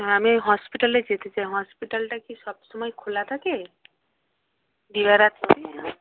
হ্যাঁ আমি হসপিটালে যেতে চাই হসপিটালটা কি সবসময় খোলা থাকে দিবা